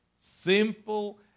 Simple